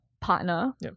partner